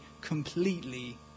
completely